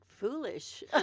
foolish